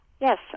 Yes